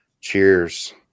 Cheers